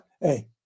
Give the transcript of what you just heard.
Hey